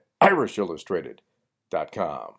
irishillustrated.com